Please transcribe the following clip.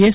S